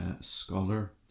scholar